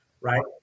right